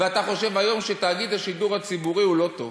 ואתה חושב היום שתאגיד השידור הציבורי הוא לא טוב,